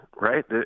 right